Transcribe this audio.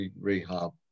rehab